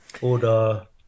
Oder